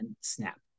SNAP